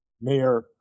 Mayor